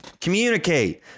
communicate